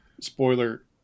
Spoiler